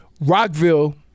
Rockville